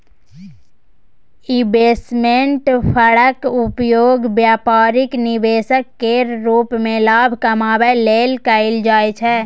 investment फंडक उपयोग बेपारिक निवेश केर रूप मे लाभ कमाबै लेल कएल जाइ छै